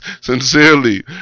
Sincerely